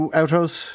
outros